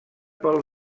pel